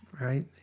right